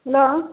hello